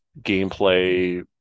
gameplay